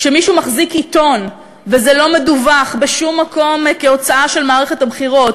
כשמישהו מחזיק עיתון וזה לא מדווח בשום מקום כהוצאה של מערכת הבחירות,